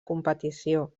competició